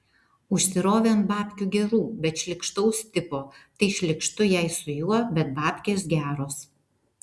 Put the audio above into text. užsirovė ant babkių gerų bet šlykštaus tipo tai šlykštu jai su juo bet babkės geros